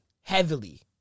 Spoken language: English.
heavily